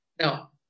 Now